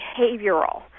behavioral